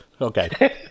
Okay